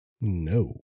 No